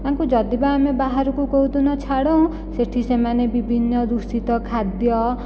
ତାଙ୍କୁ ଯଦିବା ଆମେ ବାହାରକୁ କେଉଁ ଦିନ ଛାଡ଼ୁ ସେଠି ସେମାନେ ବିଭିନ୍ନ ଦୂଷିତ ଖାଦ୍ୟ